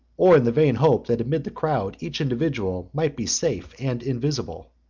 or in the vain hope, that amid the crowd each individual might be safe and invisible.